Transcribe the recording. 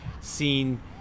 seen